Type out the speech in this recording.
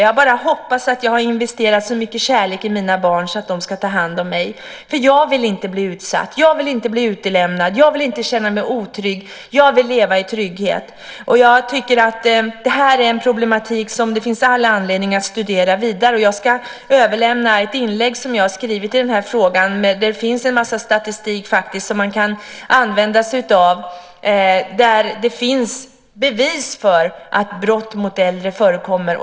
Jag hoppas bara att jag har investerat så mycket kärlek i mina barn att de tar hand om mig, för jag vill inte bli utsatt, jag vill inte bli utlämnad, jag vill inte känna mig otrygg, jag vill leva i trygghet. Jag tycker att det här är en problematik som det finns all anledning att studera vidare. Jag ska överlämna ett inlägg som jag har skrivit i denna fråga. Det finns en mängd statistik som man kan använda sig av och där det finns bevis för att brott mot äldre förekommer.